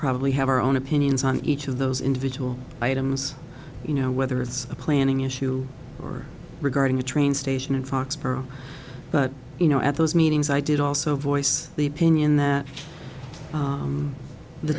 probably have our own opinions on each of those individual items you know whether it's a planning issue or regarding the train station in foxborough but you know at those meetings i did also voice the opinion that